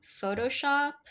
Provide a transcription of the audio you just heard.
Photoshop